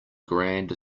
grand